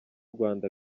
rwanda